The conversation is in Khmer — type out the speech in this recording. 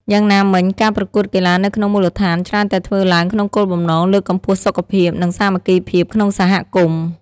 យ៉ាងណាមិញ ការប្រកួតកីឡានៅក្នុងមូលដ្ឋានច្រើនតែធ្វើឡើងក្នុងគោលបំណងលើកកម្ពស់សុខភាព និងសាមគ្គីភាពក្នុងសហគមន៍។